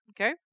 okay